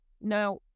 Now